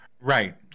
right